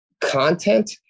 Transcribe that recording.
content